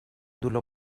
dolor